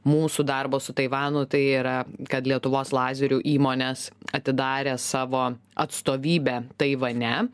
mūsų darbo su taivanu tai yra kad lietuvos lazerių įmonės atidarė savo atstovybę taivane